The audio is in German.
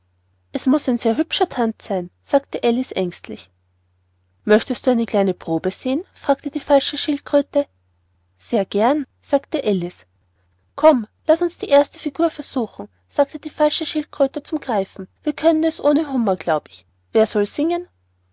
es muß ein sehr hübscher tanz sein sagte alice ängstlich möchtest du eine kleine probe sehen fragte die falsche schildkröte sehr gern sagte alice komm laß uns die erste figur versuchen sagte die falsche schildkröte zum greifen wir können es ohne hummer glaube ich wer soll singen